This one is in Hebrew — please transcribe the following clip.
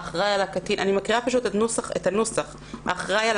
אני מקריאה את הנוסח שהאחראי על